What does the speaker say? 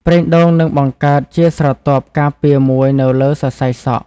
ប្រេងដូងនឹងបង្កើតជាស្រទាប់ការពារមួយនៅលើសរសៃសក់។